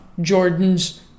Jordan's